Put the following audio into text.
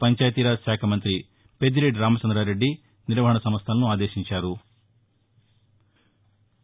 పంచాయతీరాజ్ శాఖ మంతి పెద్దిరెడ్డి రామచందారెడ్డి నిర్వహణ సంస్లలను ఆదేశించారు